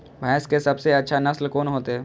भैंस के सबसे अच्छा नस्ल कोन होते?